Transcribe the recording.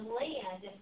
land